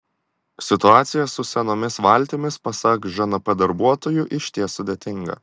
situacija su senomis valtimis pasak žnp darbuotojų išties sudėtinga